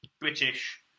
British